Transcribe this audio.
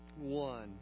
one